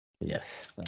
Yes